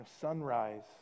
sunrise